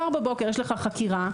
יש לך חקירה,